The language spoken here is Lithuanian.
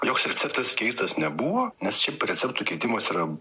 joks receptas keistas nebuvo nes šiaip receptų keitimas yra